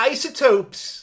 Isotopes